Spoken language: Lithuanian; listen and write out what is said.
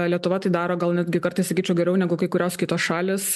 lietuva tai daro gal netgi kartais sakyčiau geriau negu kai kurios kitos šalys